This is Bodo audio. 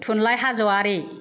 थुनलाइ हाजवारी